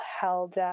held